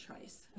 choice